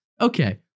Okay